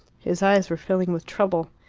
his eyes were filling with trouble.